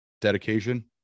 dedication